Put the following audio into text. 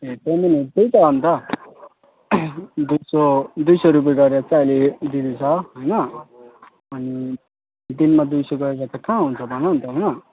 ए त्यहाँदेखि नि त्यही त अन्त दुई सौ दुई सौ रुपियाँ गरेर चाहिँ अहिले दिँदैछ होइन अनि दिनमा दुई सौ गरेर त कहाँ हुन्छ भन न त होइन